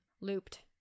looped